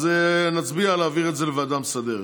אז נצביע על להעביר את זה לוועדה מסדרת.